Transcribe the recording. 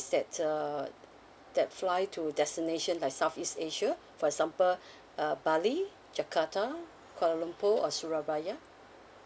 that's uh that fly to destination like southeast asia for example uh bali jakarta kuala lumpur or surabaya